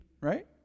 right